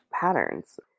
patterns